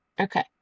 Okay